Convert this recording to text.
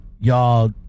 y'all